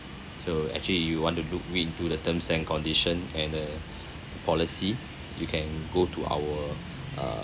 so actually you want to look read through the terms and conditions and a policy you can go to our uh